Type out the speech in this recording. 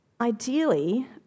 ideally